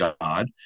God